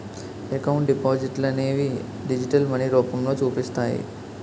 account డిపాజిట్లనేవి digital money రూపంలో చూపిస్తాయి